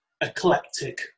eclectic